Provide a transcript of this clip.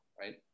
right